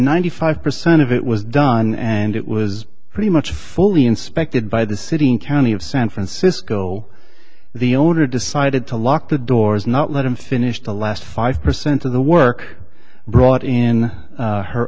ninety five percent of it was done and it was pretty much fully inspected by the city and county of san francisco the owner decided to lock the doors not let him finish the last five percent of the work brought in